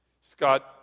Scott